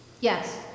Yes